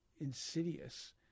insidious